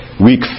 weak